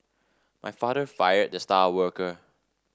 my father fired the star worker